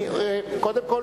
קודם כול,